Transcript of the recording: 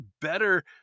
better